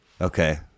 Okay